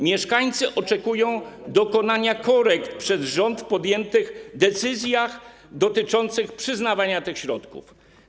Mieszkańcy oczekują dokonania korekt przez rząd w podjętych decyzjach dotyczących przyznawania tych środków.